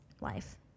life